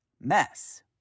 mess